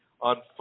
on